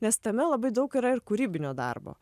nes tame labai daug yra ir kūrybinio darbo